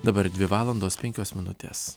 dabar dvi valandos penkios minutės